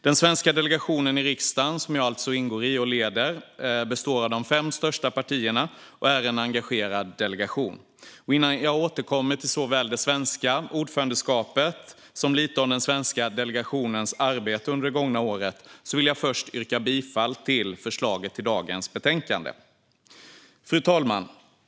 Den svenska delegationen i riksdagen, som jag alltså ingår i och leder, består av de fem största partierna och är en engagerad delegation. Innan jag återkommer till såväl det svenska ordförandeskapet som lite om den svenska delegationens arbete under det gångna året vill jag först yrka bifall till utskottets förslag i det betänkande vi behandlar i dag. Fru talman!